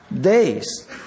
days